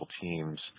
teams